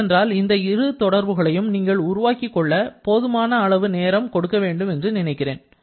ஏனென்றால் இந்த இரு தொடர்புகளையும் நீங்கள் உருவாக்கிக் கொள்ள போதுமான அளவு நேரம் கொடுக்க வேண்டும் என்று நினைக்கிறேன்